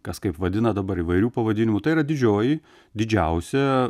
kas kaip vadina dabar įvairių pavadinimų tai yra didžioji didžiausia